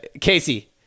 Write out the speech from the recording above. Casey